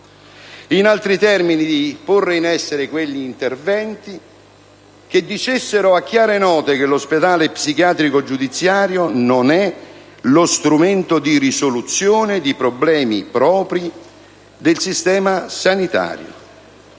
In altri termini, si dovrebbero porre in essere quegli interventi che dicessero a chiare note che l'ospedale psichiatrico giudiziario non è lo strumento di risoluzione di problemi propri del sistema sanitario